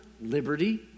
liberty